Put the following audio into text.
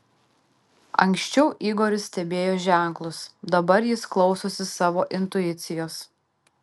anksčiau igoris stebėjo ženklus dabar jis klausosi savo intuicijos